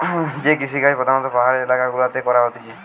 যে কৃষিকাজ প্রধাণত পাহাড়ি এলাকা গুলাতে করা হতিছে